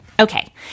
Okay